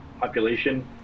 population